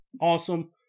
Awesome